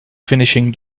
finishing